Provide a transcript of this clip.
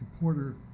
Porter